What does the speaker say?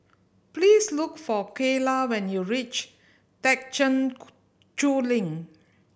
please look for Kayla when you reach Thekchen Choling